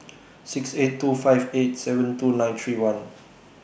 six eight two five eight seven two nine three one